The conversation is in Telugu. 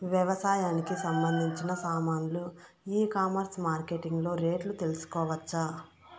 వ్యవసాయానికి సంబంధించిన సామాన్లు ఈ కామర్స్ మార్కెటింగ్ లో రేట్లు తెలుసుకోవచ్చా?